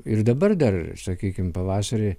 ir dabar dar sakykim pavasarį